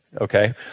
okay